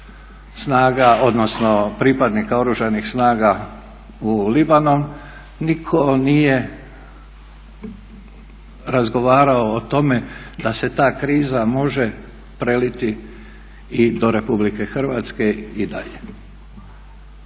snaga odnosno pripadnika Oružanih snaga u Libanon niko nije razgovarao o tome da se ta kriza može preliti i do RH i dalje.